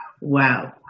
Wow